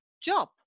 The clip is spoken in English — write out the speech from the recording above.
job